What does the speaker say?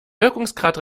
wirkungsgrad